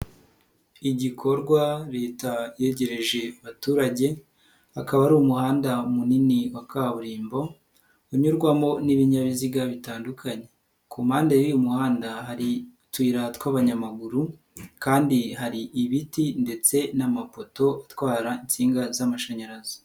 Igikorwa leta yegereje abaturage, akaba ari umuhanda munini wa kaburimbo, unyurwamo n'ibinyabiziga bitandukanye. Ku mpande y'uyu muhanda hari utuyira tw'abanyamaguru, kandi hari ibiti ndetse n'amapoto atwara insinga z'amashanyarazi.